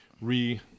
re-